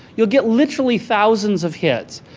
you'll get literally thousands of hits,